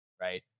right